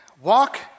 walk